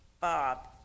Bob